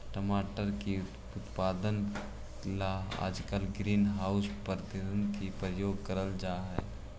टमाटर की उत्पादन ला आजकल ग्रीन हाउस पद्धति का प्रयोग भी करल जा रहलई हे